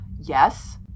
Yes